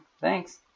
thanks